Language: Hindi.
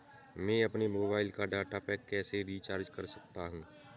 मैं अपने मोबाइल का डाटा पैक कैसे रीचार्ज कर सकता हूँ?